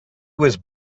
was